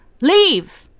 leave